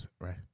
right